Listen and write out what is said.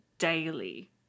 Daily